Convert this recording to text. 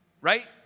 right